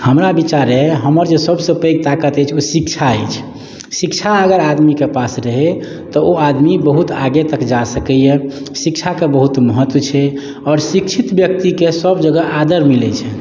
हमरा विचारे हमर जे सभसँ पैघ ताकत अछि ओ शिक्षा अछि शिक्षा अगर आदमीके पास रहै तऽ ओ आदमी बहुत आगे तक जा सकैए शिक्षाके बहुत महत्व छै आओर शिक्षित व्यक्तिके सभजगह आदर मिलैत छनि